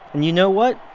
and you know what?